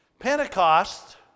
Pentecost